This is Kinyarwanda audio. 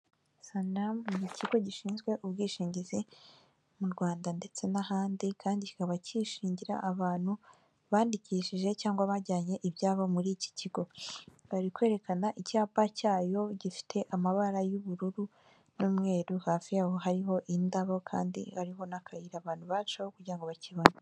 Ni inyubako iriho icyapa, kigaragaza ko ari mu karere ka Nyanza, uruganda rutunganya ibikomoka ku nka. Hari amata, hari yawurute, hari ayo mu tujerekani, ndetse n'amata yo mu dukombe. Uru ruganda ruherereye i Nyanza.